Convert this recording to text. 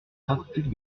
synthétique